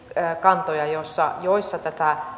kantoja joissa joissa tätä